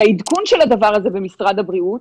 שהעדכון של הדבר הזה במשרד הבריאות,